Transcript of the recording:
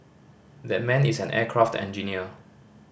that man is an aircraft engineer